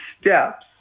steps